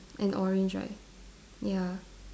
and orange right ya